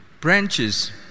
branches